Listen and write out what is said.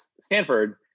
Stanford